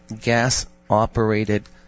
gas-operated